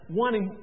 wanting